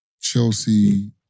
Chelsea